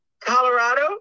Colorado